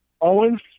Owens